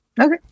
Okay